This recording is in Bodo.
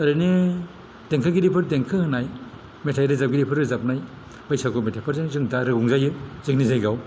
ओरैनो देंखोगिरिफोर देंखो होनाय मेथाइ रोजाबगिरिफोर रोजाबनाय बैसागु मेथाइखौनो जों दा रंजायो जोंनि जायगायाव